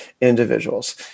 individuals